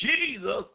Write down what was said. Jesus